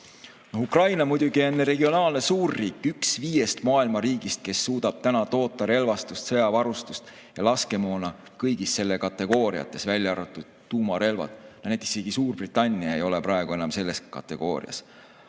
Ukraina muidugi on regionaalne suurriik, üks viiest maailma riigist, kes suudab toota relvastust, sõjavarustust ja laskemoona kõigis selle kategooriates, välja arvatud tuumarelvad. Näiteks isegi Suurbritannia ei ole praegu enam selline riik. Pärast